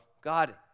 God